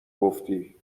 گفتی